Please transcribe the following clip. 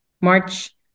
March